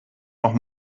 noch